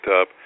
up